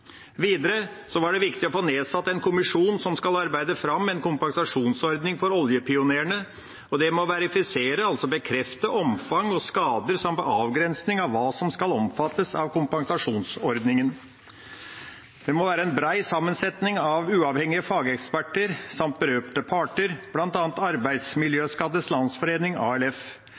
Videre var det viktig å få nedsatt en kommisjon som skal arbeide fram en kompensasjonsordning for oljepionerene, og det må verifisere, altså bekrefte, omfang og skader samt avgrensning av hva som skal omfattes av kompensasjonsordningen. Det må være en brei sammensetning av uavhengige fageksperter samt berørte parter, bl.a. Arbeidsmiljøskaddes Landsforening, ALF.